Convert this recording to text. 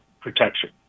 protection